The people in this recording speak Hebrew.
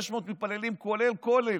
500 מתפללים, כולל כולל,